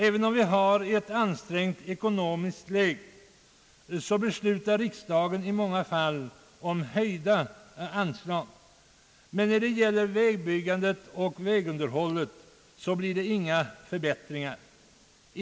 Även om vi har ett ansträngt ekonomiskt läge beslutar riksdagen i många fall om höjda anslag, men när det gäller vägbyggandet och vägunderhållet blir det inga förbättringar.